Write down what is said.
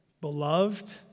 beloved